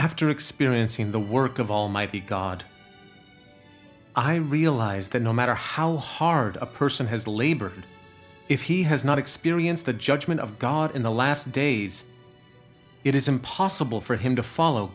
after experiencing the work of almighty god i realize that no matter how hard a person has labor if he has not experienced the judgment of god in the last days it is impossible for him to follow